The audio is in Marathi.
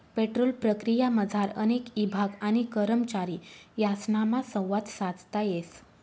पेट्रोल प्रक्रियामझार अनेक ईभाग आणि करमचारी यासनामा संवाद साधता येस